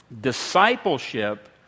Discipleship